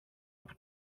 από